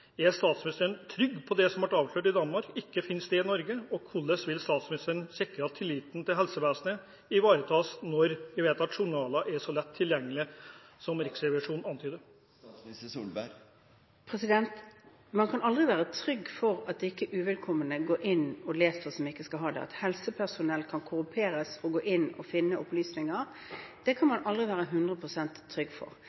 Er statsministeren trygg på at det som ble avslørt i Danmark, ikke vil finne sted i Norge? Og hvordan vil statsministeren sikre at tilliten til helsevesenet ivaretas når vi vet at journaler er så lett tilgjengelige som det Riksrevisjonen antyder? Man kan aldri være trygg på at ikke uvedkommende går inn og leser som ikke skal det. At helsepersonell kan korrumperes og gå inn og finne opplysninger, kan man aldri være 100 pst. trygg på. Det